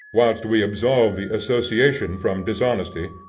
whilst we absolve the association from dishonesty,